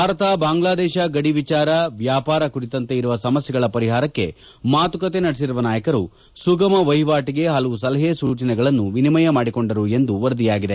ಭಾರತ ಬಾಂಗ್ಲಾದೇಶ ಗಡಿ ವಿಚಾರ ವ್ಲಾಪಾರ ಕುರಿತಂತೆ ಇರುವ ಸಮಸ್ನೆಗಳ ಪರಿಹಾರಕ್ಷೆ ಮಾತುಕತೆ ನಡೆಸಿರುವ ನಾಯಕರು ಸುಗಮ ವಹಿವಾಟಿಗೆ ಹಲವು ಸಲಹೆ ಸೂಚನೆಗಳನ್ನು ವಿನಿಮಯ ಮಾಡಿಕೊಂಡರು ಎಂದು ವರದಿಯಾಗಿದೆ